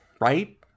right